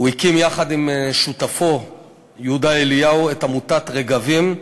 הוא הקים יחד עם שותפו יהודה אליהו את עמותת "רגבים",